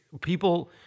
people